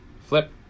Flip